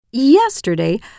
Yesterday